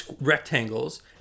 rectangles